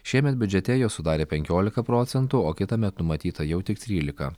šiemet biudžete jos sudarė penkiolika procentų o kitąmet numatyta jau tik trylika